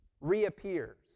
reappears